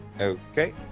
Okay